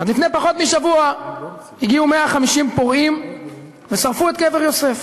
לפני פחות משבוע הגיעו 150 פורעים ושרפו את קבר יוסף.